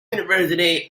university